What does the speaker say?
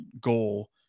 goal